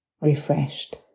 refreshed